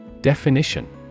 Definition